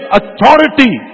authority